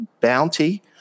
bounty